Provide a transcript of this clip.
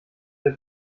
der